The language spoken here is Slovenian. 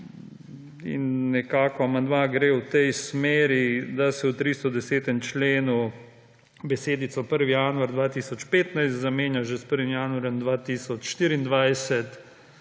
In nekako amandma gre v tej smeri, da se v 310. členu besedico »1. januar 2015« zamenja s »1. januar 2024«.